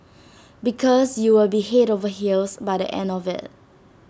because you will be Head over heels by the end of IT